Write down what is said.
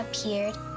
appeared